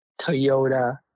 Toyota